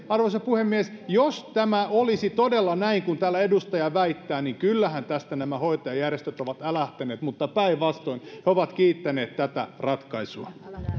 arvoisa puhemies jos tämä olisi todella näin kuin täällä edustaja väittää niin kyllähän tästä nämä hoitajajärjestöt olisivat älähtäneet mutta päinvastoin he ovat kiittäneet tätä ratkaisua